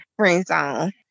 Friendzone